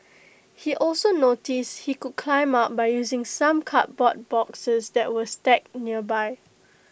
he also noticed he could climb up by using some cardboard boxes that were stacked nearby